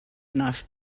enough